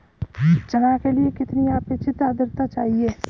चना के लिए कितनी आपेक्षिक आद्रता चाहिए?